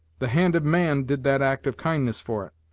the hand of man did that act of kindness for it.